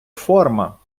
форма